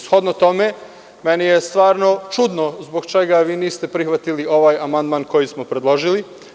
Shodno tome, meni je stvarno čudno zbog čega vi niste prihvatili ovaj amandman koji smo predložili.